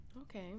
Okay